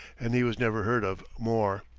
and he was never heard of more.